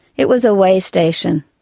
it was a way station.